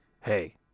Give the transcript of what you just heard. Hey